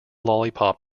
lollipop